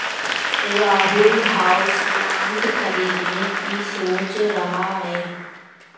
Rahul houseplant खरीदने की सोच रहा है